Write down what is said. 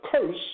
curse